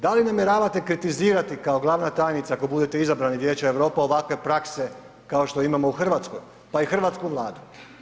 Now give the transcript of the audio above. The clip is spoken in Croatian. Da li namjeravate kritizirati kao glavna tajnica ako budete izabrani u Vijeće Europe ovakve prakse kao što imamo u Hrvatskoj pa i hrvatsku Vladu?